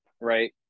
Right